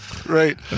Right